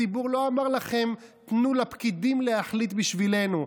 הציבור לא אמר לכם: תנו לפקידים להחליט בשבילנו.